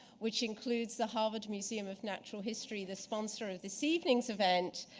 which includes the harvard museum of natural history, the sponsor of this evening's event,